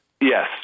yes